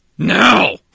Now